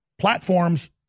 platforms